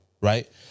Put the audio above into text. right